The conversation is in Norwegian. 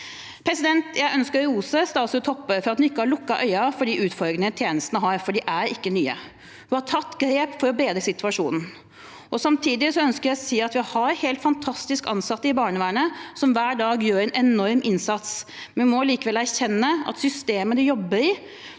barnevernet. Jeg ønsker å rose statsråd Toppe for at hun ikke har lukket øynene for de utfordringene tjenesten har, for de er ikke nye. Hun har tatt grep for å bedre situasjonen. Samtidige ønsker jeg å si at vi har helt fantastiske ansatte i barnevernet, som hver dag gjør en enorm innsats, men vi må likevel erkjenne at systemet de jobber i,